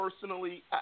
personally